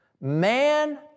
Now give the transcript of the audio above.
man